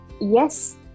yes